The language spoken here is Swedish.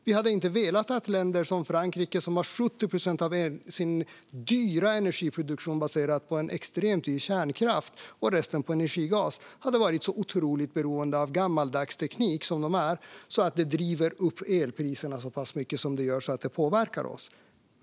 Vi har inte velat att länder som Frankrike, som baserar 70 procent av sin dyra energiproduktion på extremt dyr kärnkraft och resten på energigas, ska vara så otroligt beroende av gammaldags teknik som de är att det driver upp elpriserna så pass mycket och påverkar oss.